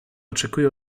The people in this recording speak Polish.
oczekuje